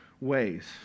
ways